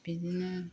बिदिनो